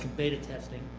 beta testing